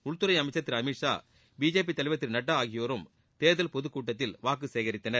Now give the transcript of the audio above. உள்துறை அமைச்சர் திரு அமித்ஷா பிஜேபி தலைவர் திரு நட்டா ஆகியோரும் தேர்தல் பொதுக்கூட்டத்தில் வாக்கு சேகரித்தனர்